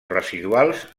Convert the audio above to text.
residuals